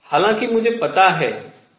हालांकि मुझे पता है कि ताप निर्भरता क्या है